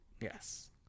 Yes